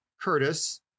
curtis